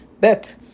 Bet